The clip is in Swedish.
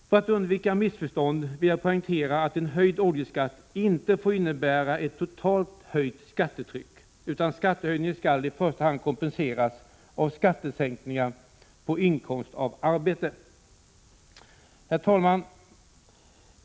För att undvika missförstånd vill jag poängtera att en höjning av oljeskatten inte får innebära ett totalt sett höjt skattetryck, utan skattehöjningen skall i första hand kompenseras av skattesänkning på inkomst av arbete. Herr talman!